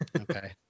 okay